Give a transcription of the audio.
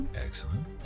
Excellent